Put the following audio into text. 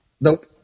Nope